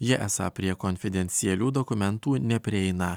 jie esą prie konfidencialių dokumentų neprieina